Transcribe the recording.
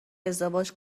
ازدواج